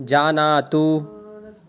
जानातु